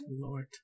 Lord